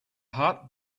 heart